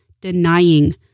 denying